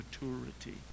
maturity